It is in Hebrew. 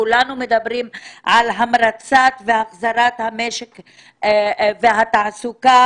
כולנו מדברים על המרצת והחזרת המשק והתעסוקה